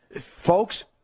Folks